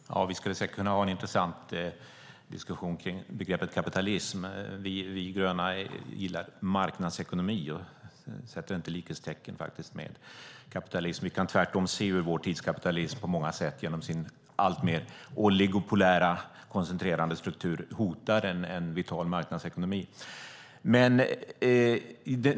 Fru talman! Vi skulle säkert kunna ha en diskussion om begreppet kapitalism. Vi gröna gillar marknadsekonomi, och sätter inte likhetstecken mellan det och kapitalism. Vi kan tvärtom se hur vår tids kapitalism genom sin alltmer oligopolistiska koncentrerande struktur hotar en vital marknadsekonomi.